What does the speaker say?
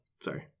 Sorry